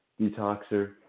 detoxer